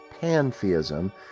pantheism